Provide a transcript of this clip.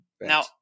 Now